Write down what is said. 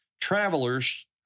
travelers